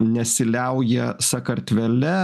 nesiliauja sakartvele